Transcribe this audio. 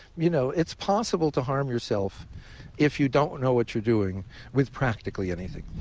you know, it's possible to harm yourself if you don't know what you're doing with practically anything.